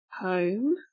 home